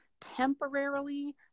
temporarily